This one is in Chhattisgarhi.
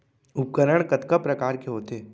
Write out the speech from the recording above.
उपकरण कतका प्रकार के होथे?